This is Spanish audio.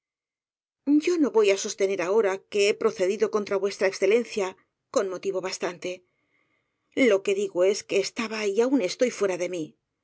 o no voy á sostener ahora que he procedido contra v e con motivo bastante lo que digo es que estaba y aún estoy fuera de mí